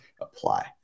apply